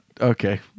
Okay